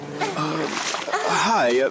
Hi